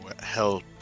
help